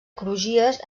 crugies